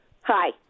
Hi